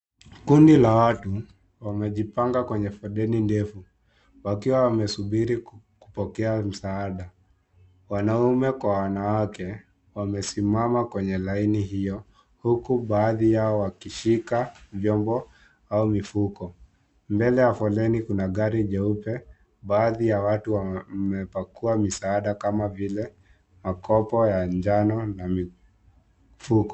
Kundi la watu, wamejipanga kwenye foleni ndefu, wakiwa wamesubiri kupokea msaada. Wanaume kwa wanawake, wamesimama kwenye laini hiyo, huku baadhi yao wakishika vyombo au mifuko. Mbele ya foleni kuna gari jeupe, baadhi ya watu wamepakua misaada kama vile, makopo ya njano na mifuko.